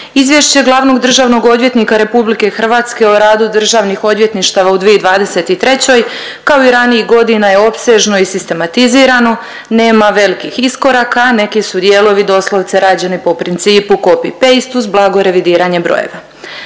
Izvješće Glavnog državnog odvjetnika RH o radu državnih odvjetništava u 2023., kao i ranijih godina je opsežno i sistematizirano, nema velikih iskoraka, a neki su dijelovi doslovce rađeni po principu copy paste uz blago revidiranje brojeva.